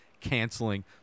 canceling